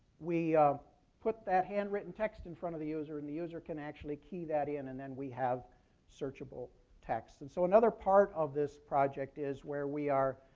we put that handwritten text in front of the user. and the user can actually key that in, and then we have searchable text. and so another part of this project is where we are,